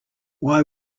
why